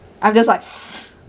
I'm just like